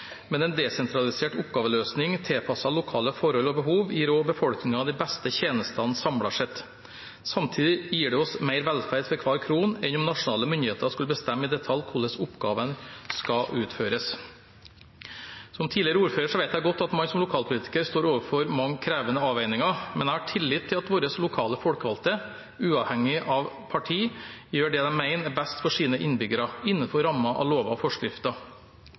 men en desentralisert oppgaveløsning tilpasset lokale forhold og behov gir også befolkningen de beste tjenestene samlet sett. Samtidig gir det oss mer velferd for hver krone enn om nasjonale myndigheter skulle bestemme i detalj hvordan oppgaver skal utføres. Som tidligere ordfører vet jeg godt at man som lokalpolitiker står overfor mange krevende avveininger, men jeg har tillit til at våre lokale folkevalgte – uavhengig av parti – gjør det de mener er best for sine innbyggere innenfor rammen av lover og forskrifter.